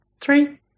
three